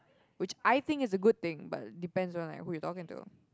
which I think is a good thing but depends on like who you're talking to